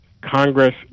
Congress